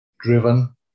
driven